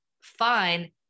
fine